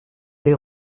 lès